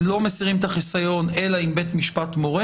לא מסירים את החיסיון אלא אם בית משפט מורה